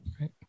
Right